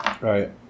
Right